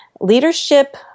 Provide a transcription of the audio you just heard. leadership